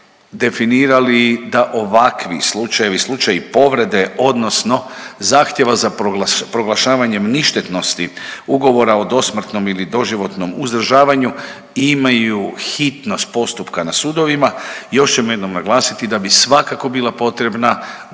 definirali da ovakvi slučajevi i slučaji povrede odnosno zahtjeva za proglašavanjem ništetnosti ugovora o dosmrtnom ili doživotnom uzdržavanju imaju hitnost postupka na sudovima. Još ćemo jednom naglasiti da bi svakako bila potrebna baza